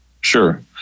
Sure